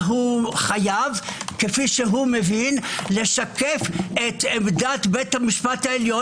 הוא חייב כפי שהוא מבין לשקף את עמדת בית המשפט העליון,